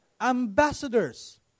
ambassadors